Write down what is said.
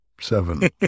seven